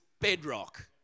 bedrock